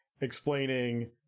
explaining